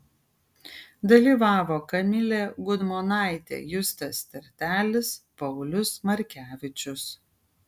dalyvavo kamilė gudmonaitė justas tertelis paulius markevičius